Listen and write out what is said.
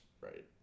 right